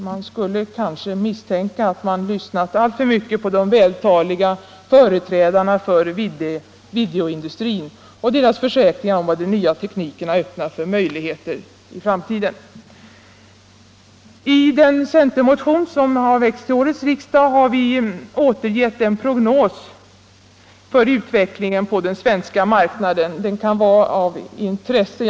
Det är väl inte så att man lyssnat alltför mycket på de vältaliga företrädarna för videoindustrin och deras försäkringar om vilka möjligheter den nya tekniken har öppnat för framtiden? I den centermotion som har väckts till årets riksdag återfinns en prognos för utvecklingen på den svenska marknaden. Den prognosen kan vara av intresse.